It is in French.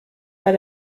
pas